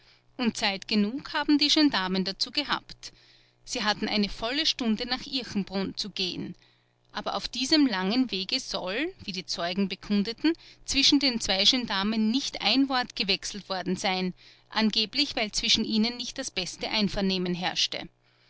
und zeit genug haben die gendarmen dazu gehabt sie hatten eine volle stunde nach irchenbrunn zu gehen aber auf diesem langen wege soll wie die zeugen bekundeten zwischen den zwei gendarmen nicht ein wort gewechselt worden sein angeblich weil zwischen ihnen nicht das beste einvernehmen herrschte